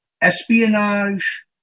espionage